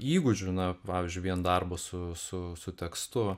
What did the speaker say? įgūdžių na pavyzdžiui vien darbo su tekstu